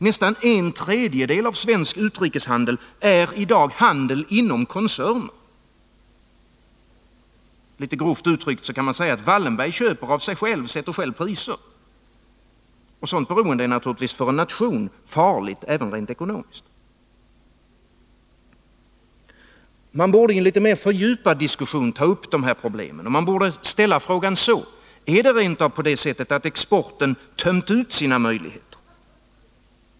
Nästan en tredjedel av svensk utrikeshandel är i dag handel inom koncerner. Litet grovt uttryckt kan man säga att Wallenberg köper av sig själv, själv sätter priser. Ett sådant beroende är naturligtvis farligt för en nation också rent ekonomiskt. Man borde i en mer fördjupad diskussion ta upp dessa problem, och man borde ställa frågan så: Är det rent av på det sättet att exporten har tömt ut sina möjligheter?